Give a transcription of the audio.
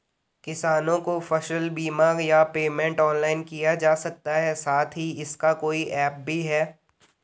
किसानों को फसल बीमा या पेमेंट ऑनलाइन किया जा सकता है साथ ही इसका कोई ऐप भी है?